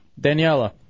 Daniela